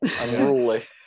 Unruly